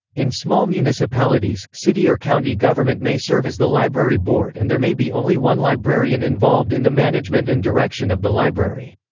in small municipalities, city or county government may serve as the library board and there may be only one librarian involved in the management and direction of the library.